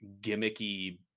gimmicky